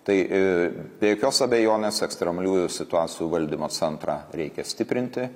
tai be jokios abejonės ekstremaliųjų situacijų valdymo centrą reikia stiprinti